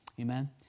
Amen